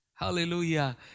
Hallelujah